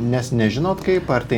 nes nežinot kaip ar tai